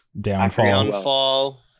Downfall